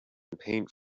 paint